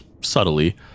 subtly